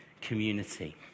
community